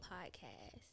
Podcast